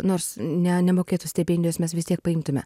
nors ne nemokėtų stipendijos mes vis tiek paimtume